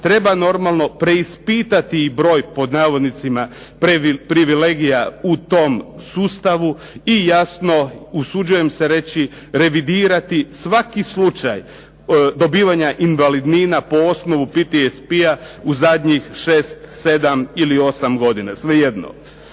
Treba normalno preispitati i broj pod navodnicima privilegija u tom sustavu i jasno usuđujem se reći revidirati svaki slučaj dobivanja invalidnina po osnovu PTSP-a u zadnjih šest, sedam ili osam godina, svejedno.